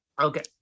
Okay